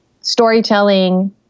storytelling